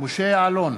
משה יעלון,